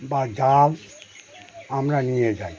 বা জাল আমরা নিয়ে যাই